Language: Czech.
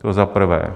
To za prvé.